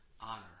honor